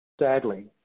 Sadly